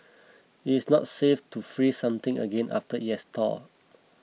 it is not safe to freeze something again after it has thawed